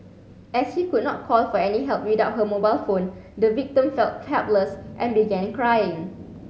as she could not call for any help without her mobile phone the victim felt helpless and began crying